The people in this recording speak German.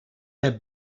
der